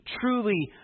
truly